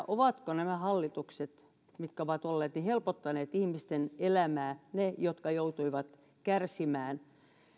ovatko nämä hallitukset mitkä ovat olleet helpottaneet ihmisten elämää niiden jotka joutuivat kärsimään